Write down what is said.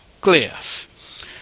cliff